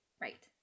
Right